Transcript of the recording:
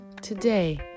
Today